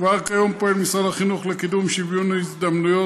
כבר כיום פועל משרד החינוך לקידום שוויון ההזדמנויות